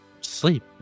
Sleep